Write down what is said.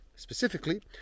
Specifically